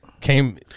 Came